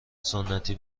سنتی